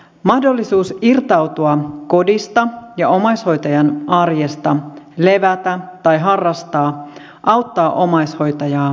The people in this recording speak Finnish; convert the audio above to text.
mahdollisuus irtautua kodista ja omaishoitajan arjesta levätä tai harrastaa auttaa omaishoitajaa jaksamaan